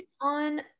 on